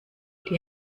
die